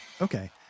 Okay